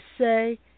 say